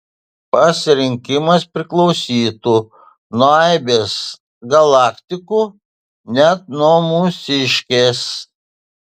pasirinkimas priklausytų nuo aibės galaktikų net nuo mūsiškės